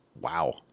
Wow